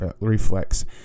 reflex